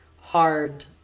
hard